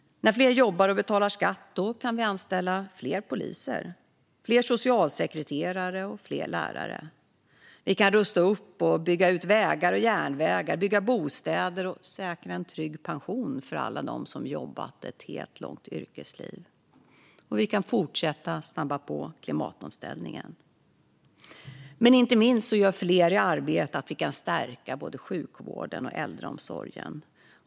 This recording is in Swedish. När fler jobbar och betalar skatt kan vi anställa fler poliser, fler socialsekreterare och fler lärare. Vi kan rusta upp och bygga ut vägar och järnvägar, bygga bostäder och säkra en trygg pension för alla dem som har jobbat ett helt långt yrkesliv. Och vi kan fortsätta snabba på klimatomställningen. Fler i arbete gör inte minst att vi kan stärka både sjukvården och äldreomsorgen.